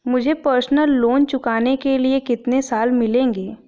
मुझे personal loan चुकाने के लिए कितने साल मिलेंगे?